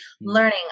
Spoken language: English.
learning